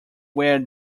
wear